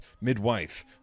Midwife